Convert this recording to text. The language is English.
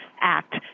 act